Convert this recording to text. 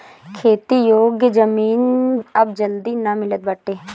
खेती योग्य जमीन अब जल्दी ना मिलत बाटे